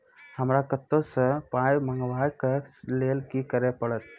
हमरा कतौ सअ पाय मंगावै कऽ लेल की करे पड़त?